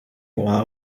while